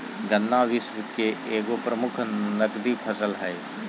गन्ना विश्व के एगो प्रमुख नकदी फसल हइ